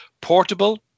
portable